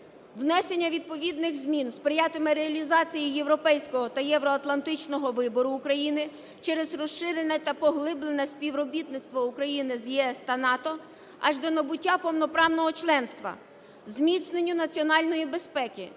внесення відповідних змін сприятиме реалізації європейського та євроатлантичного вибору України через розширене та поглиблене співробітництво України з ЄС та НАТО аж до набуття повноправного членства, зміцненню національної безпеки,